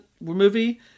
movie